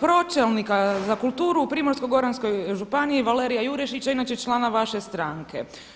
pročelnika za kulturu u Primorsko-goranskoj županiji Valerija Jurešića inače člana vaše stranke.